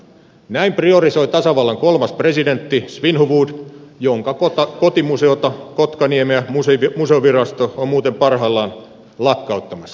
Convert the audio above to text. näin priorisoi tasavallan kolmas presidentti svinhufvud jonka kotimuseota kotkaniemeä museovirasto on muuten parhaillaan lakkauttamassa